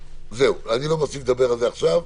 זהו, אני לא מוסיף לדבר על זה עכשיו.